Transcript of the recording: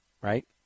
Right